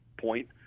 point